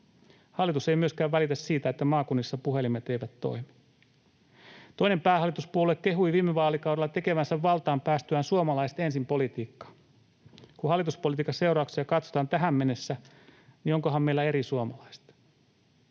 Hallitus ei myöskään välitä siitä, että maakunnissa puhelimet eivät toimi. Toinen päähallituspuolue kehui viime vaalikaudella tekevänsä valtaan päästyään suomalaiset ensin ‑politiikkaa. Kun hallituspolitiikan seurauksia katsotaan tähän mennessä, niin onkohan meillä eri suomalaiset?